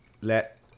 let